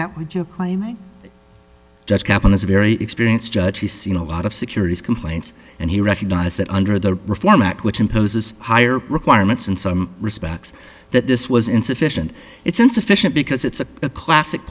that what you're claiming judge kaplan is a very experienced judge he's seen a lot of securities complaints and he recognized that under the reform act which imposes higher requirements in some respects that this was insufficient it's insufficient because it's a classic